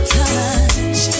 touch